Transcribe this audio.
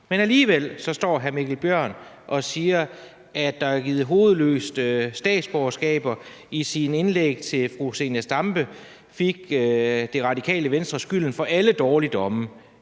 men alligevel står hr. Mikkel Bjørn og siger, at der hovedløst er givet statsborgerskaber, og ihr. Mikkel Bjørns indlæg tilfru Zenia Stampe fik Radikale Venstre skylden for alle dårligdomme